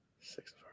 Six